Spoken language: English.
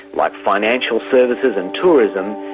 like financial services and tourism,